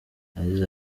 yagize